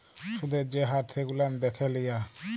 সুদের যে হার সেগুলান দ্যাখে লিয়া